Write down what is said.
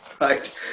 Right